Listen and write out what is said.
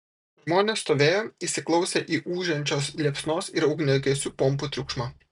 žmonės stovėjo įsiklausę į ūžiančios liepsnos ir ugniagesių pompų triukšmą